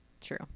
True